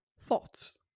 thoughts